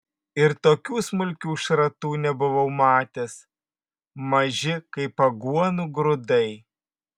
ir tokių smulkių šratų nebuvau matęs maži kaip aguonų grūdai